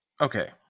okay